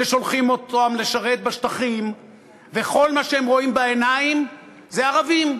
ששולחים אותם לשרת בשטחים וכל מה שהם רואים בעיניים זה ערבים.